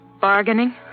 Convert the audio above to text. bargaining